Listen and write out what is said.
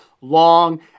long